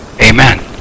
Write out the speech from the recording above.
amen